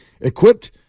equipped